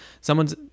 someone's